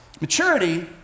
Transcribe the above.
maturity